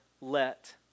let